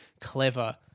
clever